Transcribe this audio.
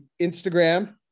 Instagram